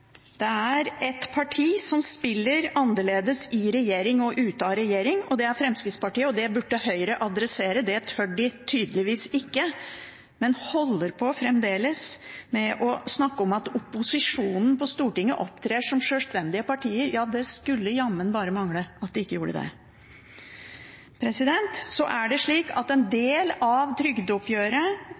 Det er ett parti som spiller ulikt i regjering og i Stortinget, og det er Fremskrittspartiet, og det burde Høyre adressere. Det tør de tydeligvis ikke, men holder fremdeles på å snakke om at opposisjonen på Stortinget opptrer som sjølstendige partier. Det skulle jammen bare mangle at de ikke gjorde det. Så er det slik at en del av trygdeoppgjøret